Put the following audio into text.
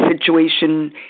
situation